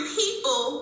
people